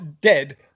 dead